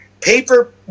Paper